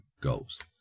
goals